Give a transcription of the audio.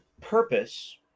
purpose